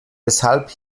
deshalb